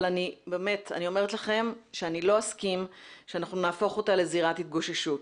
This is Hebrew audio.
אבל אני אומרת לכם שאני לא אסכים שאנחנו נהפוך אותה לזירת התגוששות.